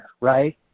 Right